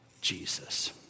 Jesus